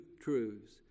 truths